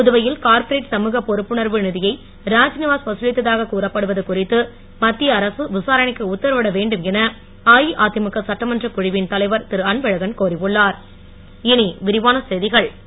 புதுவையில் கார்ப்பரேட் சமூக பொறுப்புணர்வு நிதியை ராஜ்நிவாஸ் வதலித்ததாக கூறப்படுவது குறித்து மத்திய அரசு விசாரணைக்கு உத்தரவிட வேண்டும் என அஇஅதிமுக சட்டமன்றக் குழுவின் தலைவர் திரு அன்பழகன் கோரி உள்ளாய்